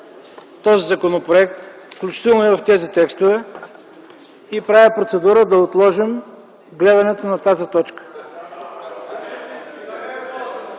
този законопроект, включително и тези текстове. Правя процедура да отложим гледането на тази точка.